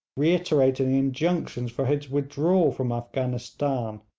reiterating injunctions for his withdrawal from afghanistan,